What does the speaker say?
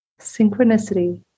synchronicity